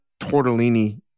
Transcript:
tortellini